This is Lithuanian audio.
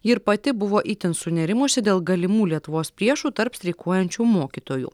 ji ir pati buvo itin sunerimusi dėl galimų lietuvos priešų tarp streikuojančių mokytojų